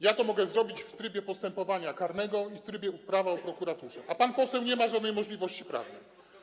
Ja mogę zrobić to w trybie postępowania karnego i w trybie Prawa o prokuraturze, pan poseł nie ma żadnej możliwości prawnej.